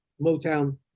Motown